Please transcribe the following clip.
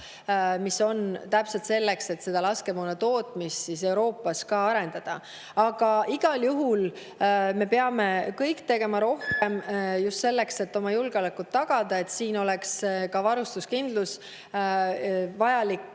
mis on täpselt selleks, et laskemoona tootmist Euroopas arendada. Aga igal juhul me peame kõik tegema rohkem just selleks, et oma julgeolekut tagada ja et siin oleks ka vajaliku